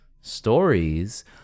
stories